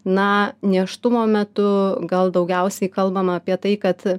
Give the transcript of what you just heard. na nėštumo metu gal daugiausiai kalbama apie tai kad